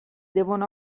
devono